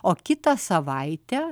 o kitą savaitę